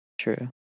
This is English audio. true